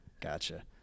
Gotcha